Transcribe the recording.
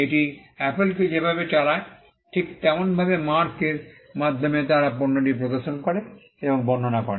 এটি অ্যাপলকে যেভাবে চালায় ঠিক তেমনভাবে মার্ক এর মাধ্যমে তার পণ্যটি প্রদর্শন করে বা বর্ণনা করে